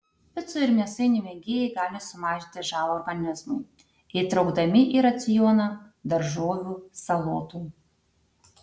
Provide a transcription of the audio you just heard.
picų ir mėsainių mėgėjai gali sumažinti žalą organizmui įtraukdami į racioną daržovių salotų